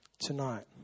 tonight